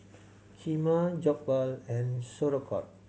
Kheema Jokbal and Sauerkraut